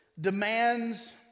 demands